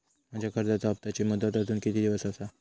माझ्या कर्जाचा हप्ताची मुदत अजून किती दिवस असा?